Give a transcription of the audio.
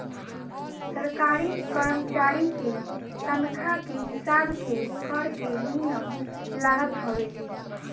सरकारी करमचारी के तनखा के हिसाब के कर के नियम लागत हवे